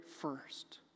first